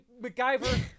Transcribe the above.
MacGyver